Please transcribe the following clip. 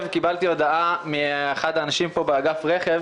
קיבלתי הודעה מאחד מעובדי אגף הרכב